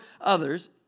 others